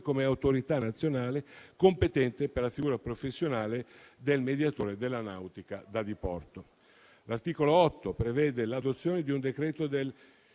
come Autorità nazionale competente per la figura professionale del mediatore della nautica da diporto. L'articolo 8 prevede l'adozione di un decreto del